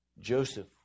Joseph